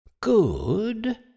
Good